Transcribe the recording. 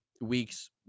weeks